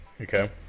Okay